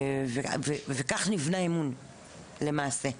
וכך נבנה אמון למעשה.